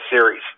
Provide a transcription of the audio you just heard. series